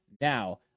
now